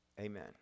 Amen